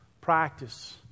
practice